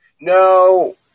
No